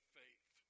faith